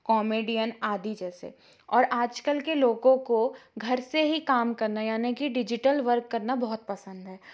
comedian आदि जैसे और आज कल के लोगों को घर से काम करना यानि कि डिजिटल वर्क करना बहुत पसंद है